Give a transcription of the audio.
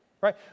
Right